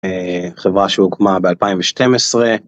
חברה שהוקמה ב-2012.